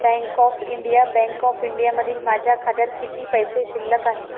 bank of India bank of इंडियामधील माझ्या खात्यात किती पैसे शिल्लक आहेत